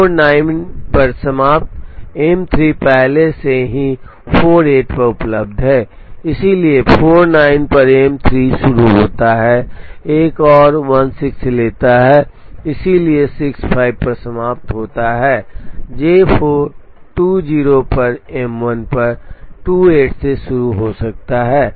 इसलिए 49 पर समाप्त एम 3 पहले से ही 48 पर उपलब्ध है इसलिए 49 पर एम 3 शुरू होता है एक और 16 लेता है इसलिए 65 पर समाप्त होता है J4 20 पर M1 पर 28 से शुरू हो सकता है